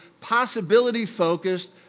possibility-focused